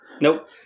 Nope